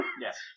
Yes